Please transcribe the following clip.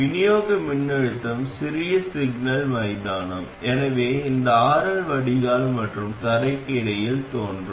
விநியோக மின்னழுத்தம் சிறிய சிக்னல் மைதானம் எனவே இந்த RL வடிகால் மற்றும் தரைக்கு இடையில் தோன்றும்